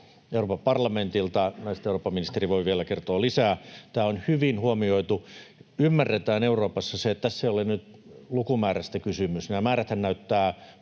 Euroopan parlamentilta. Näistä eurooppaministeri voi vielä kertoa lisää. Tämä on hyvin huomioitu. Euroopassa ymmärretään se, että tässä ei ole nyt lukumäärästä kysymys. Nämä määräthän näyttävät